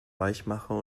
weichmacher